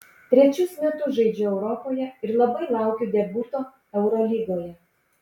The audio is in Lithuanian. trečius metus žaidžiu europoje ir labai laukiu debiuto eurolygoje